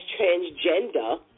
transgender